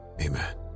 amen